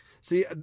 See